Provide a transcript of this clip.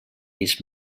ells